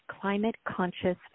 climate-conscious